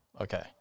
okay